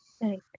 Right